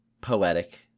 poetic